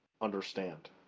understand